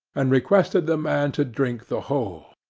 and requested the man to drink the whole.